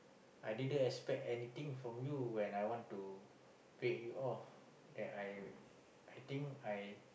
I didn't expect anything from you when I want to pay you off that I I think I